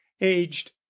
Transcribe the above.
aged